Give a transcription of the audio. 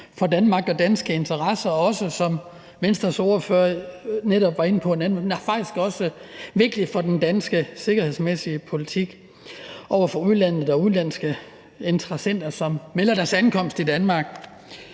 for Danmark og danske interesser og faktisk også, som Venstres ordfører netop var inde på, vigtigt for den danske sikkerhedspolitik i forhold til udlandet og udenlandske interessenter, som melder deres ankomst i Danmark.